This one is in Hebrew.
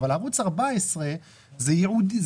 אבל ערוץ 14 הוא ייעודי,